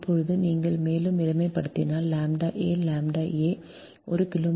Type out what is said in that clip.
இப்போது நீங்கள் மேலும் எளிமைப்படுத்தினால்ʎa ʎ a ஒரு கிலோமீட்டருக்கு 0